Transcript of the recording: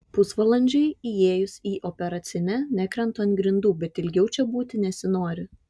pusvalandžiui įėjus į operacinę nekrentu ant grindų bet ilgiau čia būti nesinori